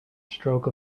stroke